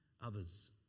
Others